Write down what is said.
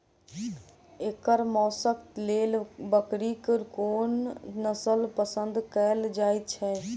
एकर मौशक लेल बकरीक कोन नसल पसंद कैल जाइ छै?